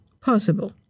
Possible